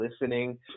listening